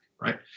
right